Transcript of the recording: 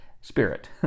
spirit